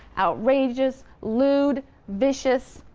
outrageous, lewd, vicious.